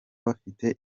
bafite